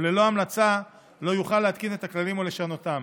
וללא ההמלצה לא יוכל להתקין את הכללים או לשנותם.